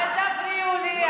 אל תפריעו לי,